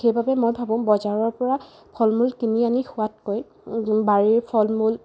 সেইবাবে বাবে মই ভাবো বজাৰৰ পৰা ফল মূল কিনি আনি খোৱাতকৈ বাৰীৰ ফল মূল